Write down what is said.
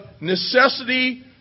necessity